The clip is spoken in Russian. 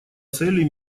цели